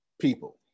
people